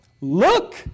Look